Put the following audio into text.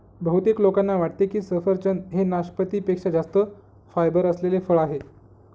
बहुतेक लोकांना वाटते की सफरचंद हे नाशपाती पेक्षा जास्त फायबर असलेले फळ आहे